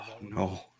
No